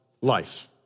life